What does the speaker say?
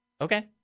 Okay